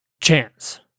chance